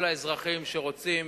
כל האזרחים שרוצים